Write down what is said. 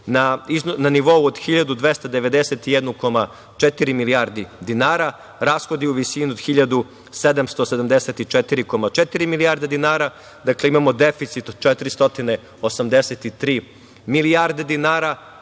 na nivou od 1291,4 milijarde dinara. Rashodi u visini od 1774,4 milijarde dinara. Dakle, imamo deficit od 483 milijarde dinara.